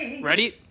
ready